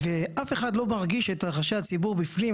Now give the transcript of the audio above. ואף אחד לא מרגיש את רחשי הציבור בפנים,